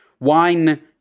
Wine